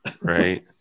Right